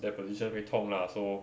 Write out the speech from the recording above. that position 会痛 lah so